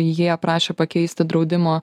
jie prašė pakeisti draudimo